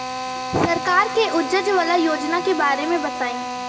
सरकार के उज्जवला योजना के बारे में बताईं?